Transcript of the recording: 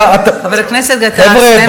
חבר הכנסת גטאס, תן